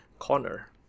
corner